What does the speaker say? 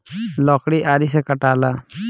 लकड़ी आरी से कटाला